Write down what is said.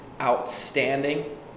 outstanding